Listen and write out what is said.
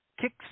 Kicks